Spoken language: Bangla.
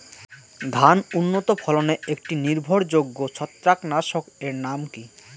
ধান উন্নত ফলনে একটি নির্ভরযোগ্য ছত্রাকনাশক এর নাম কি?